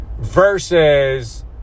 versus